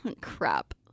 Crap